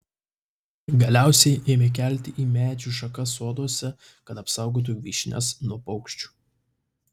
galiausiai ėmė kelti į medžių šakas soduose kad apsaugotų vyšnias nuo paukščių